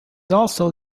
also